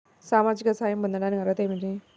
సామాజిక సహాయం పొందటానికి అర్హత ఏమిటి?